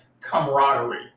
camaraderie